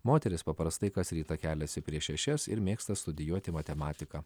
moteris paprastai kas rytą keliasi prieš šešias ir mėgsta studijuoti matematiką